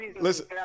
Listen